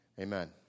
Amen